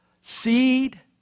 seed